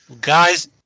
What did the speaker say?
Guys